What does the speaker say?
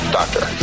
doctor